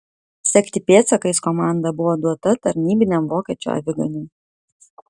sekti pėdsakais komanda buvo duota tarnybiniam vokiečių aviganiui